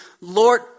Lord